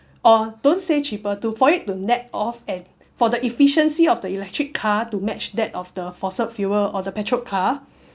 or don't say cheaper to for it to net off and for the efficiency of the electric car to match that of the fossil-ed fuel or the petrol-ed car